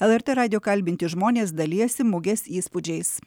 el er tė radijo kalbinti žmonės dalijasi mugės įspūdžiais